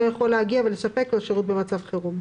יכול להגיע ולספק לו שירות במצב חירום,